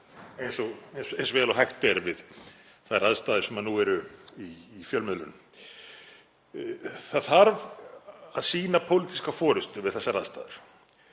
eins vel og hægt er við þær aðstæður sem nú eru í fjölmiðlum. Það þarf að sýna pólitíska forystu við þessar aðstæður.